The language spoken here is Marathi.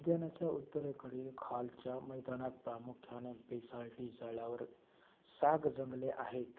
उद्यानाच्या उत्तरेकडील खालच्या मैदानात प्रामुख्याने बेसाल्टी जाळ्यावर साग जंगले आहेत